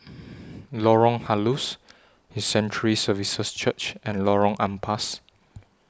Lorong Halus His Sanctuary Services Church and Lorong Ampas